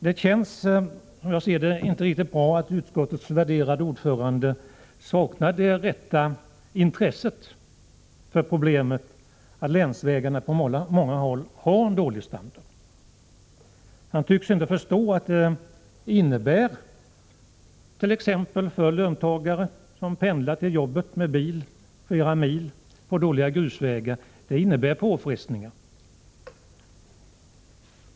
Det känns inte riktigt bra att utskottets värderade ordförande saknar det rätta intresset för problemet att länsvägarna på många håll har dålig standard. Han tycks inte förstå att det t.ex. för löntagare som pendlar till jobbet med bil flera mil på dåliga grusvägar innebär en stor påfrestning.